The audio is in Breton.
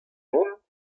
vont